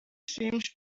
seemed